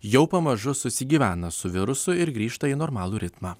jau pamažu susigyvena su virusu ir grįžta į normalų ritmą